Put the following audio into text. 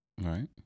Right